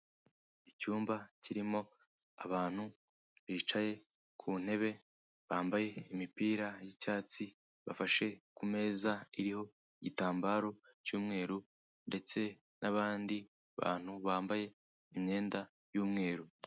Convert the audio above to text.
Icyumba kirimo abantu bicaye ku ntebe bambaye imipira y'icyatsi, bafashe kumeza iriho igitambaro cy'umweru ndetse n'abandi bantu bambaye imyenda y'umweru.